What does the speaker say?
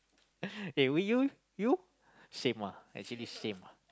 eh were you you same ah actually same ah